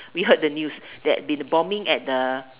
we heard that news that the bombing at the